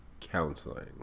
counseling